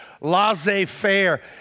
Laissez-faire